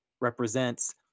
represents